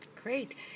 Great